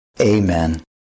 Amen